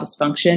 dysfunction